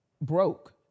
broke